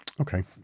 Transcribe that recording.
Okay